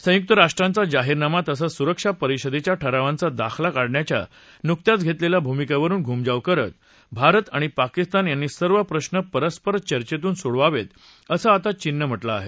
संयुक्त राष्ट्रांचा जाहीरनामा तसंच सुरक्षा परिषदेच्या ठरावांचा दाखला काढण्याच्या नुकत्याच घेतलेल्या भूमिकेवरुन घूमजाव करत भारत आणि पाकिस्तान यांनी सर्व प्रश्न परस्पर चर्चेतून सोडवावेत असं आता चीननं म्हटलं आहे